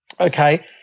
Okay